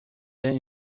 them